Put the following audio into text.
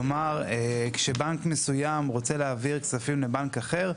כלומר כשבנק מסוים רוצה להעביר כספים לבנק אחר,